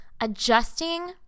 adjusting